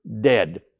dead